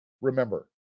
Remember